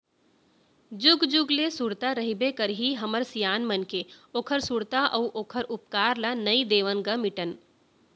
जुग जुग ले सुरता रहिबे करही हमर सियान मन के ओखर सुरता अउ ओखर उपकार ल नइ देवन ग मिटन